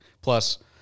Plus